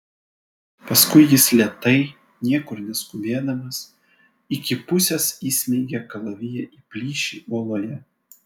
paskui jis lėtai niekur neskubėdamas iki pusės įsmeigė kalaviją į plyšį uoloje